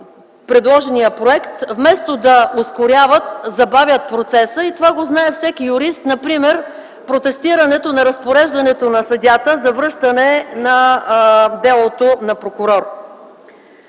предложения проект – вместо да ускоряват, забавят процеса. Това знае всеки юрист, например протестиране разпореждането на съдията за връщане делото на прокурора.